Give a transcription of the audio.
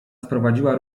wprowadziła